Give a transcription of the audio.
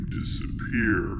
disappear